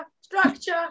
structure